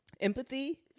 Empathy